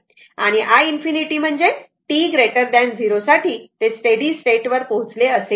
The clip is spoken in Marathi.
आणि i ∞ म्हणजे t 0 साठी ते स्टेडी स्टेट वर पोहोचले असेल